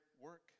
work